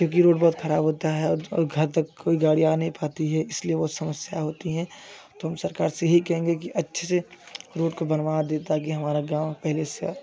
क्योंकि रोड बहुत खराब होता है और घर तक कोई गाड़ी आ नहीं पाती है इसलिए बहुत समस्या होती है तो हम सरकार से यही कहेंगे कि अच्छे से रोड को बनवा दे ताकि हमारा गाँव पहले से